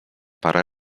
parę